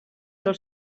del